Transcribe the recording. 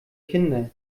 kinder